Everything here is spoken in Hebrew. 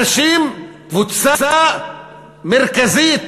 אנשים, קבוצה מרכזית